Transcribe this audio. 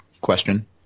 question